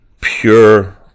pure